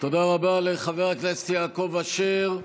תודה רבה לחבר הכנסת יעקב אשר.